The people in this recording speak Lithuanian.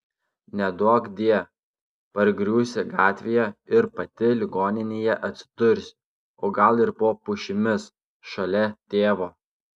neduokdie pargriūsi gatvėje ir pati ligoninėje atsidursi o gal ir po pušimis šalia tėvo